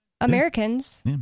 Americans